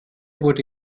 wurde